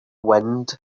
wind